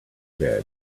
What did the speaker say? bed